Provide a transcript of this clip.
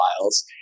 files